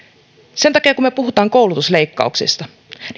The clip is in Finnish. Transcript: sen takia kun me puhumme koulutusleikkauksista